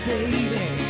Baby